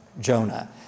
Jonah